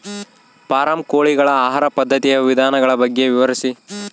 Form ಕೋಳಿಗಳ ಆಹಾರ ಪದ್ಧತಿಯ ವಿಧಾನಗಳ ಬಗ್ಗೆ ವಿವರಿಸಿ?